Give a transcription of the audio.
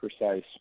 precise